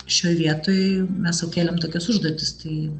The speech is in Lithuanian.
šioj vietoj mes sau kėlėm tokias užduotis tai